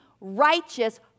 righteous